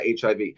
HIV